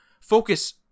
focus